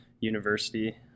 University